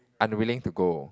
unwilling to go